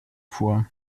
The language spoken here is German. vor